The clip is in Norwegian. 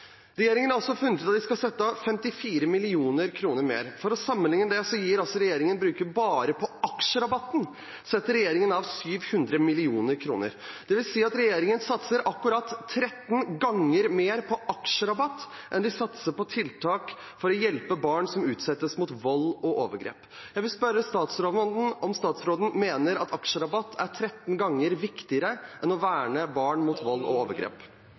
skal sette av 54 mill. kr mer. For å sammenligne her: Bare på aksjerabatten setter regjeringen av 700 mill. kr. Det vil si at regjeringen satser akkurat 13 ganger mer på aksjerabatt enn de satser på tiltak for å hjelpe barn som utsettes for vold og overgrep. Jeg vil spørre statsråden om hun mener at aksjerabatt er 13 ganger viktigere enn å verne barn mot vold og overgrep.